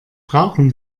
brauchen